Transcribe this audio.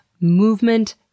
movement